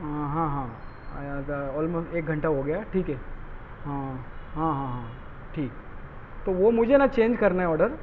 ہاں ہاں آلموسٹ ایک گھنٹہ ہو گیا ٹھیک ہے ہاں ہاں ہاں ہاں ٹھیک تو وہ مجھے نا چینج کرنا ہے آڈر